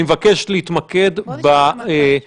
אני מבקש להתמקד -- בואו נשמע את המתפ"ש.